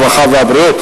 הרווחה והבריאות,